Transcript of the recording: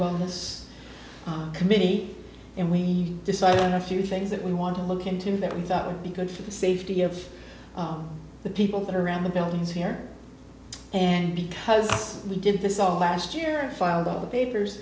wellness committee and we decided on a few things that we want to look into that we thought would be good for the safety of the people that are around the buildings here and because we did this all last year filed all the papers